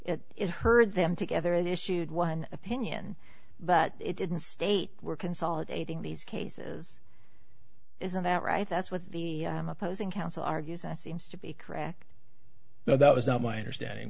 it is heard them together and issued one opinion but it didn't state we're consolidating these cases isn't that right that's what the opposing counsel argues that seems to be correct now that was not my understanding